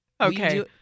okay